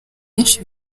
benshi